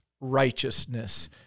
righteousness